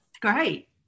Great